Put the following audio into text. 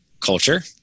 culture